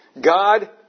God